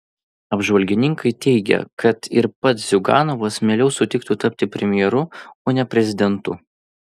apžvalgininkai teigia kad ir pats ziuganovas mieliau sutiktų tapti premjeru o ne prezidentu